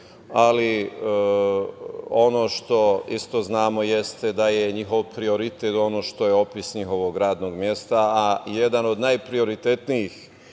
ali ono što isto znamo jeste da je njihov prioritet ono što je opis njihovog radnog mesta, a jedan od najprioritetnijih